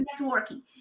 networking